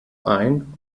ein